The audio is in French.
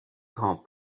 grand